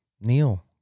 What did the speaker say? Neil